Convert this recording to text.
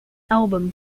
album